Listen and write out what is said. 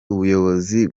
ubuyobozi